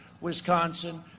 Wisconsin